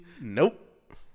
Nope